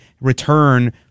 return